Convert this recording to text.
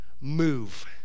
Move